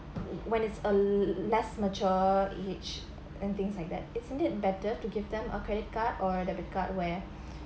when it's a less mature age and things like that isn't it better to give them a credit card or debit card where